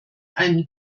einen